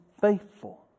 faithful